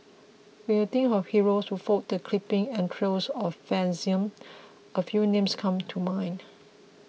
when you think of heroes who fought the creeping entrails of fascism a few names come to mind